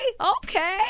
okay